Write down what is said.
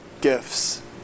gifts